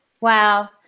Wow